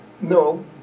No